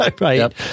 right